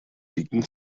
dicken